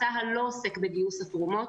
צה"ל לא עוסק בגיוס התרומות.